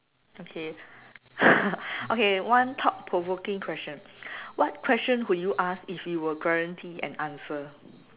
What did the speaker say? okay okay one thought provoking question what question would you ask if you were guaranteed an answer